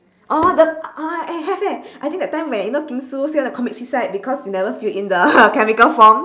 oh the oh ah eh have I think that time where you know kim sue say wanna commit suicide because you never fill in the chemical form